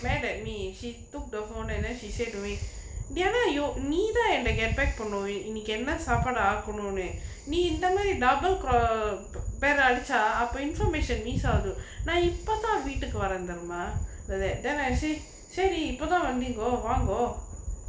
mad at me she took the phone and then she said doing diana you நீ தான் என்ட:nee than enda get packed பண்ணு இன்னைக்கி என்ன சாப்பாடு ஆக்கணுனு நீ இந்த மாரி:pannu innaiki enna saapaadu akanunu nee intha maari double cro~ பெரை அடிச்சா அபோ:perai adichaa appo information miss ஆவுது நா இப்ப தான் வீட்டுக்கு வார தெரியுமா:avuthu naa ippa than veetuku vara theriyumaa the then that then I say சரி இபோ தான் வந்திங்கோ வாங்கோ:sari ippo than vanthingo vaango